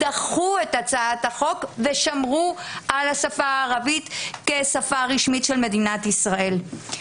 דחתה את הצעת החוק ושמרה על השפה הערבית כשפה רשמית של מדינת ישראל.